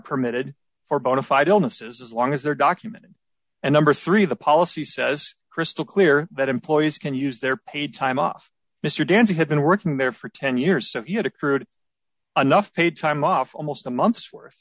permitted for bona fide illnesses as long as they're documented and number three the policy says crystal clear that employees can use their paid time off mr danza had been working there for ten years so he had accrued anough paid time off almost a month's worth